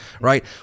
right